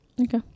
okay